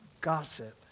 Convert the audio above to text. gossip